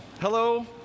hello